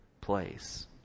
place